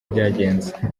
byagenze